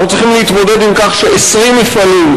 אנחנו צריכים להתמודד עם כך ש-20 מפעלים,